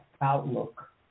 outlook